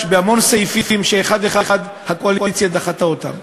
בהמון סעיפים שאחד-אחד הקואליציה דחתה אותם.